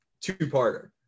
two-parter